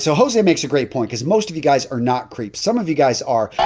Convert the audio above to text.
so jose makes a great point because most of you guys are not creeps, some of you guys are.